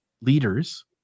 leaders